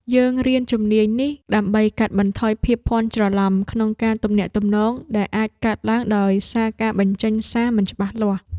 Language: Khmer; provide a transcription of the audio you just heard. យើងរៀនជំនាញនេះដើម្បីកាត់បន្ថយភាពភាន់ច្រឡំក្នុងការទំនាក់ទំនង ដែលអាចកើតឡើងដោយសារការបញ្ចេញសារមិនច្បាស់លាស់។